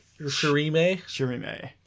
shirime